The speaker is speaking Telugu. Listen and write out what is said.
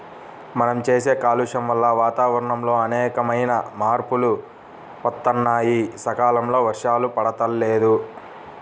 మనం చేసే కాలుష్యం వల్ల వాతావరణంలో అనేకమైన మార్పులు వత్తన్నాయి, సకాలంలో వర్షాలు పడతల్లేదు